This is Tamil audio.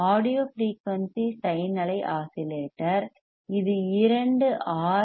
ஆடியோ ஃபிரெயூனிசி சைன் அலை ஆஸிலேட்டர் இது இரண்டு ஆர்